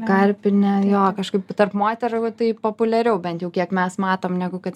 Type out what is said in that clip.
karpinę jo kažkaip tarp moterų tai populiariau bent jau kiek mes matom negu kad